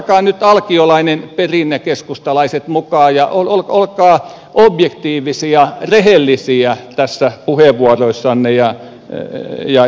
ottakaa nyt alkiolainen perinne keskustalaiset mukaan ja olkaa objektiivisia rehellisiä näissä puheenvuoroissanne